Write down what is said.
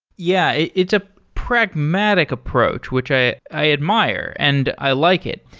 yeah, it's a pragmatic approach, which i i admire and i like it.